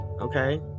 Okay